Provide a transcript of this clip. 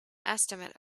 estimate